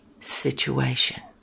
situation